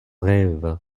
rêve